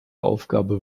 aufgabe